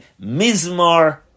Mizmar